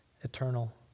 eternal